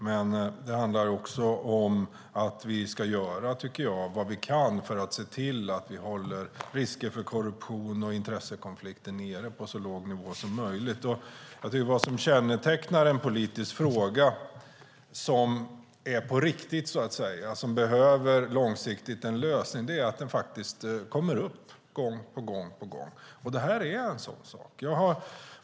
Men det handlar också om att vi ska göra vad vi kan, tycker jag, för att se till att hålla risker för korruption och intressekonflikter nere på en så låg nivå som möjligt. Vad som kännetecknar en politisk fråga som är på riktigt, som behöver en lösning långsiktigt, är att den kommer upp gång på gång. Det här är en sådan sak.